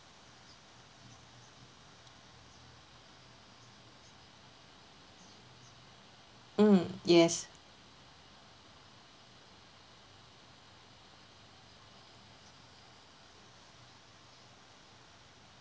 mm yes